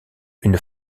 une